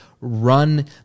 run